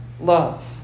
love